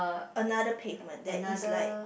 another pavement that is like